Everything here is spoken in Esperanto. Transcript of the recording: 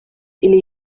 ili